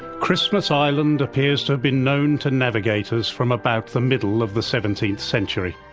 christmas island appears to have been known to navigators from about the middle of the seventeenth century.